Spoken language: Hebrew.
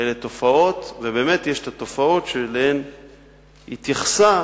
באמת יש התופעות שאליהן התייחסה